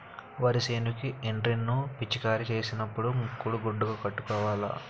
వరి సేనుకి ఎండ్రిన్ ను పిచికారీ సేసినపుడు ముక్కుకు గుడ్డ కట్టుకోవాల